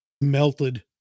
melted